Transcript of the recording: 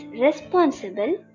responsible